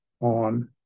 on